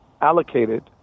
allocated